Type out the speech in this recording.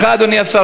אדוני השר,